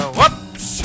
Whoops